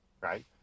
right